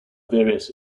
various